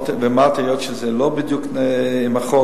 ואמרתי: היות שזה לא בדיוק לפי החוק,